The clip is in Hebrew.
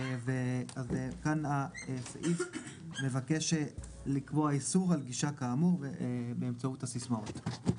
כאן הסעיף מבקש לקבוע איסור על גישה כאמור באמצעות הסיסמאות.